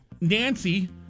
Nancy